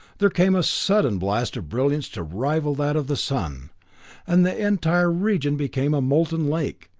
there came a sudden blast of brilliance to rival that of the sun and the entire region became a molten lake.